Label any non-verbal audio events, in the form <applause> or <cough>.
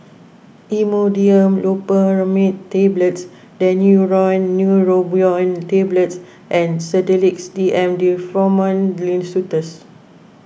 Imodium Loperamide Tablets Daneuron Neurobion Tablets and Sedilix D M <unintelligible>